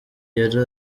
yari